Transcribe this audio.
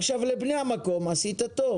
עשית טוב